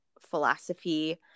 philosophy